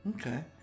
Okay